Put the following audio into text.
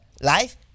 life